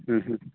ہوں ہوں